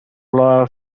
lawyer